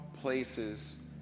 places